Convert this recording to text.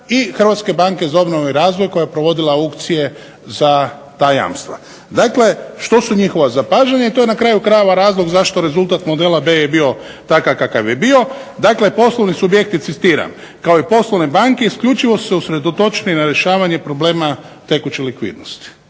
subjekata i HBOR-a koja je provodila aukcije za ta jamstva. Dakle, što su njihova zapažanja i to je na kraju krajeva razlog zašto je rezultat modela B je bio takav kakav je bio, dakle poslovni subjekti "kao i poslovne banke isključivo su se usredotočeni na rješavanje problema tekuće likvidnosti",